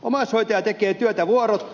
omaishoitaja tekee työtä vuorotta